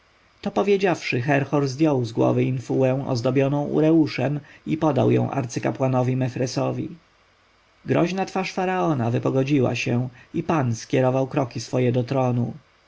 to powiedziawszy herhor zdjął z głowy infułę ozdobioną ureuszem i podał ją arcykapłanowi mefresowi groźna twarz faraona wypogodziła się i pan skierował kroki swoje do tronu